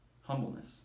humbleness